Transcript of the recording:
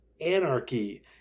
anarchy